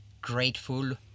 grateful